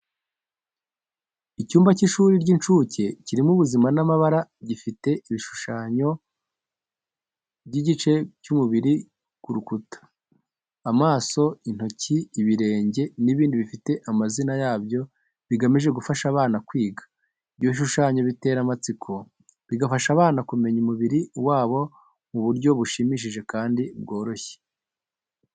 Icyumba cy’ishuri ry’incuke kirimo ubuzima n’amabara, gifite ibishushanyo by’ibice by’umubiri ku rukuta: amaso, intoki, ibirenge n’ibindi bifite amazina yabyo bigamije gufasha abana kwiga. Ibyo bishushanyo bitera amatsiko, bigafasha abana kumenya umubiri wabo mu buryo bushimishije kandi bworoshye.